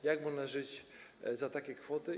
Jak można żyć za takie kwoty?